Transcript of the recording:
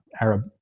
Arab